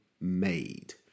made